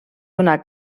donar